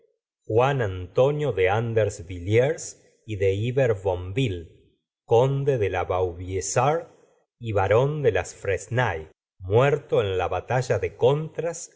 juan antonio de andersvilliers y de iberbonville conde de la vaubyessard y barón de las fresnaye muerto en la batalla de contras